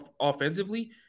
offensively